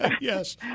Yes